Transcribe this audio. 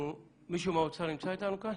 מישהו מהאוצר נמצא איתנו כאן?